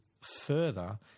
further